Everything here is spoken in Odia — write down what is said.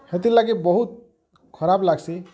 ସେଥିର ଲାଗି ବହୁତ ଖରାପ ଲାଗ୍ସି